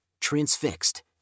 transfixed